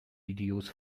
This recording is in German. videos